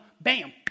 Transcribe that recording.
Bam